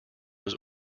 was